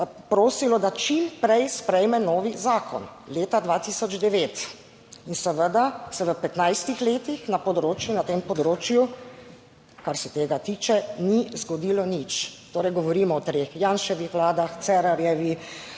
prosilo, naj čim prej sprejme novi zakon, leta 2009. In seveda se v 15 letih na tem področju, kar se tega tiče, ni zgodilo nič. Torej, govorimo o treh Janševih vladah, Cerarjevi,